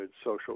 social